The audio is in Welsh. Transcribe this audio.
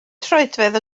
troedfedd